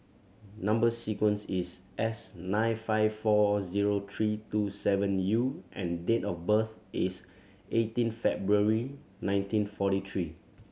number sequence is S nine five four zero three two seven U and date of birth is eighteen February nineteen forty three